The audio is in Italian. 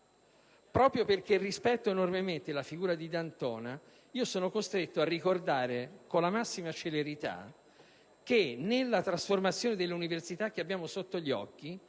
Proprio perché rispetto enormemente la figura di D'Antona sono costretto a ricordare, con la massima celerità, che nella trasformazione dell'università che abbiamo sotto gli occhi